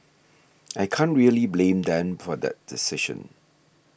I can't really blame them for that decision